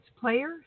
Player